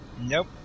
Nope